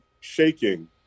shaking